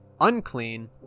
unclean